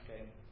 Okay